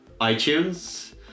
iTunes